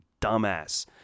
dumbass